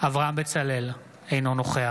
איתמר בן גביר, אינו נוכח אברהם בצלאל, אינו נוכח